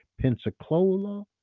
Pensacola